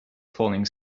falling